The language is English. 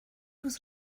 was